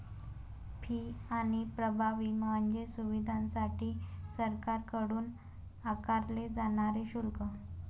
fee आणि प्रभावी म्हणजे सुविधांसाठी सरकारकडून आकारले जाणारे शुल्क